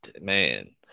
Man